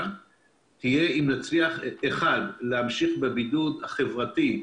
תהיה אם נצליח: 1. להמשיך בבידוד החברתי,